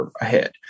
ahead